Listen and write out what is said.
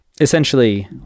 Essentially